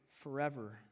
forever